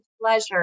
pleasure